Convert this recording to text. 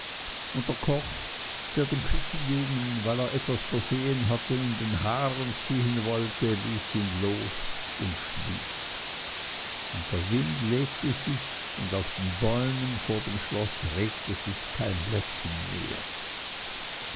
und der koch der den küchenjungen weil er etwas versehen hatte an den haaren ziehen wollte ließ ihn los und schlief und der wind legte sich und auf den bäumen vor dem schloß regte sich kein blättchen mehr